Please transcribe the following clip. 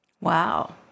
wow